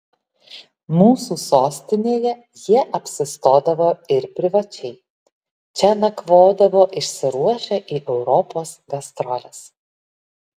mūsų sostinėje jie apsistodavo ir privačiai čia nakvodavo išsiruošę į europos gastroles